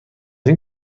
این